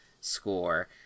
score